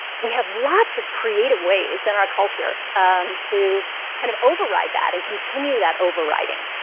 we have lots of creative ways in our culture to kind of override that and continue that overriding.